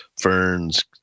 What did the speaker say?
ferns